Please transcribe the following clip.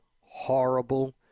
horrible